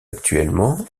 actuellement